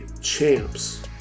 champs